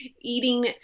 eating